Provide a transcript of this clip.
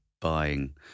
buying